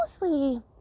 mostly